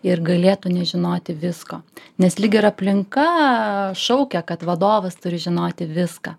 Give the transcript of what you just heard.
ir galėtų nežinoti visko nes lyg ir aplinka šaukia kad vadovas turi žinoti viską